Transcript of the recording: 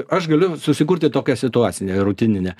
aš galiu susikurti tokią situaciją rutininę